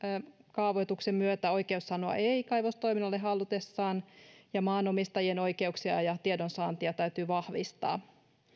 kaavoituksen myötä oikeus sanoa ei ei kaivostoiminnalle halutessaan ja maanomistajien oikeuksia ja tiedonsaantia täytyy vahvistaa